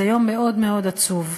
זה יום מאוד מאוד עצוב.